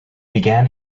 began